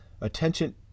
attention